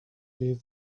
gave